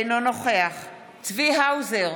אינו נוכח צבי האוזר,